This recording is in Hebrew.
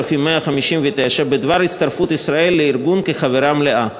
3159 בדבר הצטרפות ישראל לארגון כחברה מלאה.